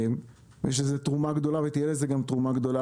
יש לזה תרומה גדולה ותהיה לזה תרומה גדולה